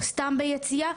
או סתם ביציאה,